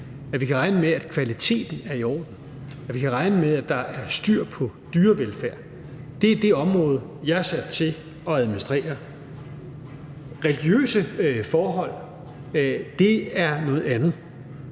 at vi kan regne med, at kvaliteten er i orden; og at vi kan regne med, at der er styr på dyrevelfærden. Det er det område, jeg er sat til at administrere. Religiøse forhold er noget andet,